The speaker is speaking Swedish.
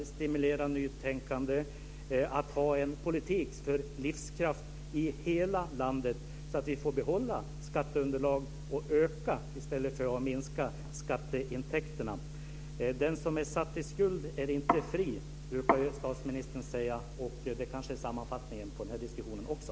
Vi vill stimulera nytänkande och ha en politik för livskraft i hela landet, så att vi får behålla skatteunderlag och öka i stället för att minska skatteintäkterna. Den som är satt i skuld är inte fri, brukar statsministern säga. Det är kanske sammanfattningen på den här diskussionen också.